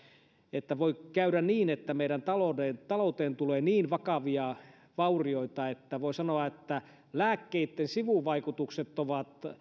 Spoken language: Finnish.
että voi käydä niin että meidän talouteen tulee niin vakavia vaurioita että voi sanoa että lääkkeitten sivuvaikutukset ovat